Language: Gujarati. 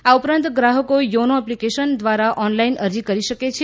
આ ઉપરાંત ગ્રાહકો યોનો એપ્લિકેશન દ્વારા ઓનલાઇન અરજી કરી શકે છે